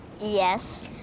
Yes